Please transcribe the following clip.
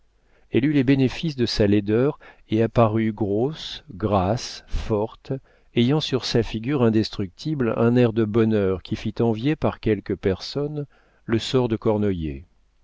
elle eut les bénéfices de sa laideur et apparut grosse grasse forte ayant sur sa figure indestructible un air de bonheur qui fit envier par quelques personnes le sort de cornoiller